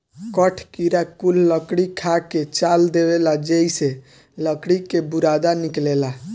कठ किड़ा कुल लकड़ी खा के चाल देवेला जेइसे लकड़ी के बुरादा निकलेला